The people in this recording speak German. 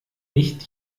nicht